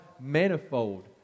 manifold